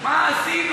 מה עשינו